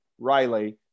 riley